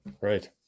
Right